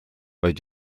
vaid